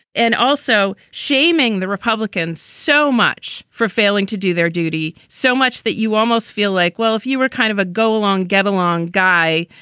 and also shaming the republicans so much for failing to do their duty, so much that you almost feel like, well, if you were kind of a go along, get along guy,